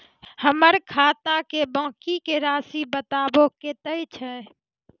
हमर खाता के बाँकी के रासि बताबो कतेय छै?